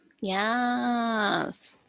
Yes